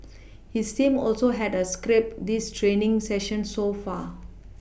his team also had a scrap these training session so far